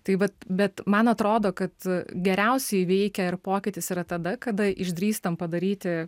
tai vat bet man atrodo kad geriausiai veikia ir pokytis yra tada kada išdrįstam padaryti